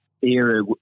era